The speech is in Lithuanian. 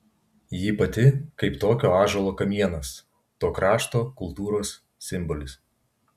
ji pati kaip tokio ąžuolo kamienas to krašto kultūros simbolis